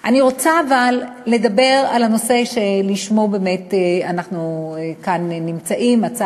אני רוצה לדבר על הנושא שלשמו באמת אנחנו נמצאים כאן,